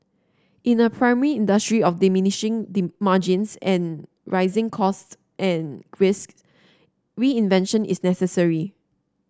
in a primary industry of diminishing margins and rising costs and risks reinvention is necessary